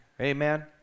amen